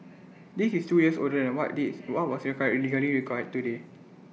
this is two years older than what this what was legally required today